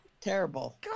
Terrible